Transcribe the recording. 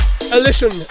listen